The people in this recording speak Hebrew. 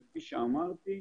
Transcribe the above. כפי שאמרתי,